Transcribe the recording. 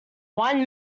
one